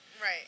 Right